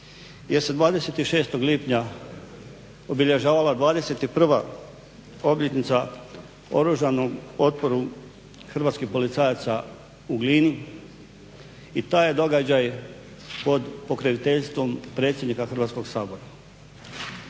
26. lipnja obilježavala 21 obljetnica oružanom otporu hrvatskih policajaca u Glini i taj je događaj pod pokroviteljstvom predsjednika Hrvatskog sabora.